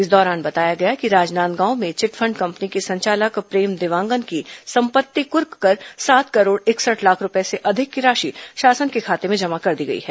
इस दौरान बताया गया कि राजनांदगांव में चिटफण्ड कंपनी के संचालक प्रेम देवांगन की संपत्ति कुर्क कर सात करोड़ इकसठ लाख रूपये से अधिक की राशि शासन के खाते में जमा कर दी गई है